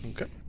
Okay